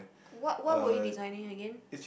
what what would your designing again